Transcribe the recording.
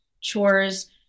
chores